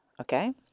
okay